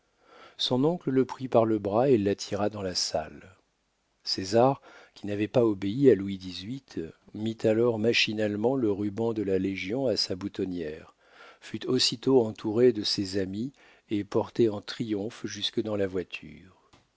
son oncle le prit par le bras et l'attira dans la salle césar qui n'avait pas obéi à louis xviii mit alors machinalement le ruban de la légion à sa boutonnière fut aussitôt entouré de ses amis et porté en triomphe jusque dans la voiture